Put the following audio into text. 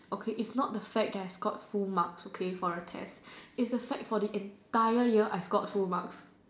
okay it's not the fact that I scored full marks okay for a test it's the fact for the entire year I scored full marks